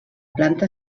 planta